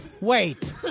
Wait